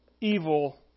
evil